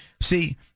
See